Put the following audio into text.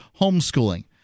homeschooling